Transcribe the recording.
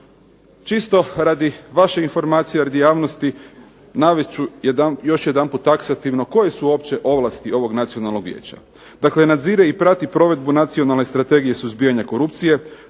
Čisto radi vaše informacije i radi javnosti navest ću još jedanput taksativno koje su uopće ovlasti ovog nacionalnog vijeća. Dakle nadzire i prati provedbu nacionalne strategije suzbijanja korupcije,